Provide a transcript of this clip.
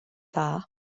dda